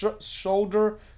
shoulder